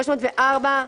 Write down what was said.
304,